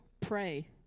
pray